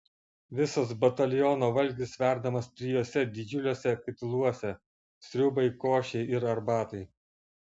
visas bataliono valgis verdamas trijuose didžiuliuose katiluose sriubai košei ir arbatai